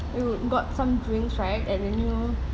you got some drinks right at the new